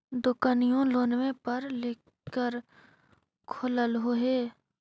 दोकनिओ लोनवे पर लेकर खोललहो हे?